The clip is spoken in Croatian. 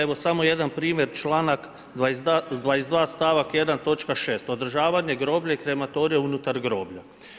Evo samo jedan primjer članak 22. stavak 1. točka 6., održavanje groblja i krematorija unutar groblja.